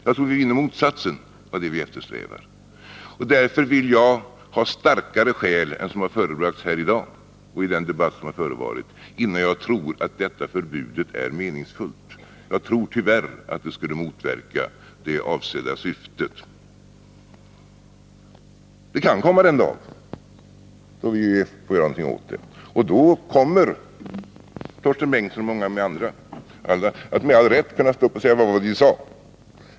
Jag tror att vi vinner motsatsen till det vi eftersträvar. Därför vill jag ha starkare skäl än dem som förebragts här i dag och i den debatt som har förevarit innan jag tror att detta förbud är meningsfullt. Jag tror tyvärr att det skulle motverka det avsedda syftet. Den dag kan komma då vi får göra någonting åt snabbvinerna, och då kommer Torsten Bengtson och många andra att med all rätt stå och upp och säga: Vad var det vi sade?